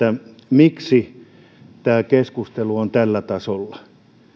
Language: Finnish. miksi tämä keskustelu on tällä tasolla